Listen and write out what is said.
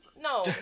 No